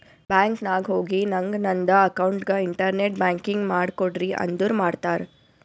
bank ನಾಗ್ ಹೋಗಿ ನಂಗ್ ನಂದ ಅಕೌಂಟ್ಗ ಇಂಟರ್ನೆಟ್ ಬ್ಯಾಂಕಿಂಗ್ ಮಾಡ್ ಕೊಡ್ರಿ ಅಂದುರ್ ಮಾಡ್ತಾರ್